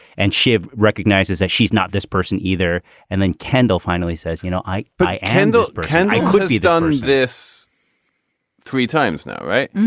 and she recognizes that she's not this person either and then kendall finally you know i but i and those poor henry could've done this three times now. right.